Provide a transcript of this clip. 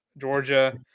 Georgia